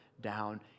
down